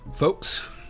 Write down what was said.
Folks